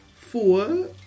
Four